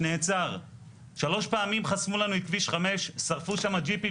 -- או פורצים בגיל 14,